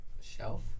Shelf